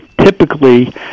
typically